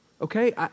Okay